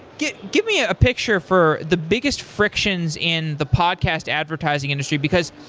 give give me a picture for the biggest frictions in the podcast advertising industry, because